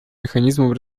механизмом